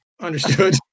understood